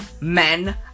Men